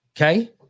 Okay